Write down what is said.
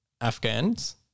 Afghans